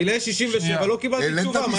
גילאי 67 לא קיבלתי תשובה.